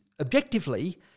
objectively